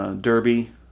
derby